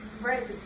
right